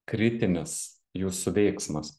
kritinis jūsų veiksmas